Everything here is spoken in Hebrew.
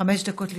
חמש דקות לרשותך.